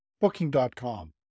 Booking.com